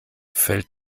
fällt